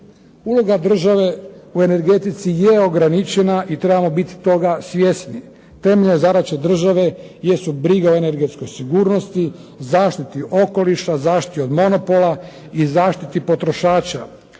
Uloga države u energetici je ograničena i trebamo biti toga svjesni, temeljna zadaća države jesu briga o energetskoj sigurnosti, zaštiti okoliša, zaštiti od monopola i zaštiti potrošača,